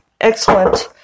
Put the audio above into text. excellent